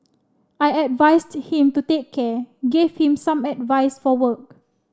I advised him to take care gave him some advice for work